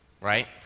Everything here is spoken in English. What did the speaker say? right